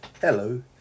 Hello